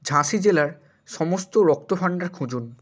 ঝাঁসি জেলার সমস্ত রক্তভাণ্ডার খুঁজুন